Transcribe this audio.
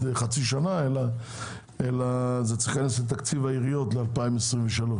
חצי שנה אלא צריך להיכנס לתקציב העיריות ל-2023.